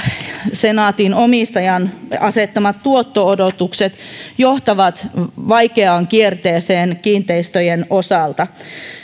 senaatin omistajan asettamat tuotto odotukset johtavat vaikeaan kierteeseen kiinteistöjen osalta